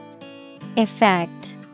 Effect